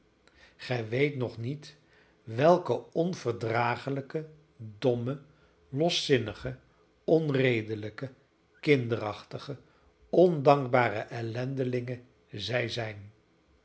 gij weet nog niet welke onverdragelijke domme loszinnige onredelijke kinderachtige ondankbare ellendelingen zij zijn